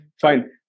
fine